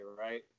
right